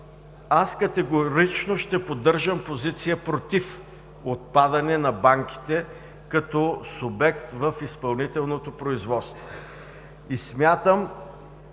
Категорично ще поддържам позиция „против“ отпадане на банките като субект в изпълнителното производство.